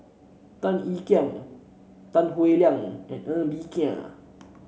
Tan Ean Kiam Tan Howe Liang and Ng Bee Kia